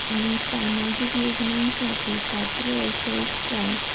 मी सामाजिक योजनांसाठी पात्र असय काय?